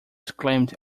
exclaimed